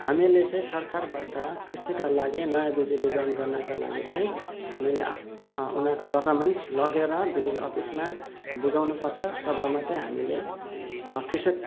हामीले चाहिँ सरकारबाट कृषिका लागि नयाँ बिजुली जडान गर्नका लागि चाहिँ हामीले आफ् उनीहरूको डकुमेन्ट्स लगेर बिजुली अफिसमा बुझाउनुपर्छ तब मात्रै हामीलै कृषक